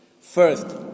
First